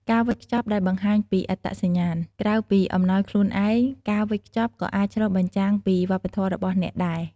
ការវេចខ្ចប់ដែលបង្ហាញពីអត្តសញ្ញាណ: ក្រៅពីអំណោយខ្លួនឯង ការវេចខ្ចប់ក៏អាចឆ្លុះបញ្ចាំងពីវប្បធម៌របស់អ្នកដែរ។